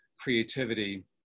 creativity